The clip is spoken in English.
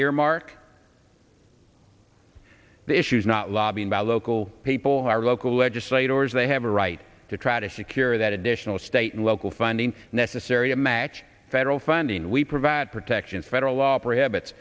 earmark the issues not lobbying by local people who are local legislators they have a right to try to secure that additional state and local funding necessary to match federal funding we provide protections federal law prohibits